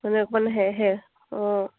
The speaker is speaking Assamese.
মানে অকমান সেই সেই অঁ